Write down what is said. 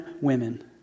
women